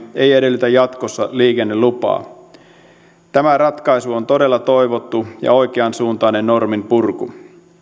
ei edellytä jatkossa liikennelupaa tämä ratkaisu on todella toivottu ja oikeansuuntainen norminpurku